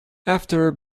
after